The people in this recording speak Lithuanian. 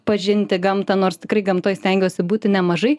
pažinti gamtą nors tikrai gamtoj stengiuosi būti nemažai